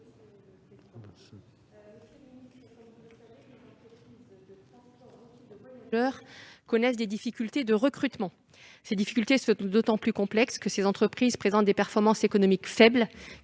connaissent des difficultés de recrutement. Ces difficultés sont d'autant plus complexes que ces entreprises présentent des performances économiques faibles,